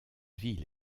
ville